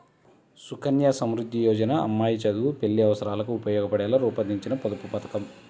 సుకన్య సమృద్ధి యోజన అమ్మాయి చదువు, పెళ్లి అవసరాలకు ఉపయోగపడేలా రూపొందించిన పొదుపు పథకం